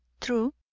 true